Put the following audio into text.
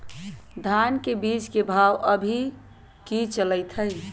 धान के बीज के भाव अभी की चलतई हई?